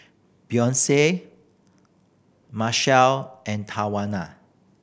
Beyonce Marshall and Tawanna